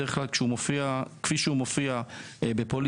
בדרך כלל כשהוא מופיע כפי שהוא מופיע בפוליסת